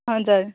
हुन्छ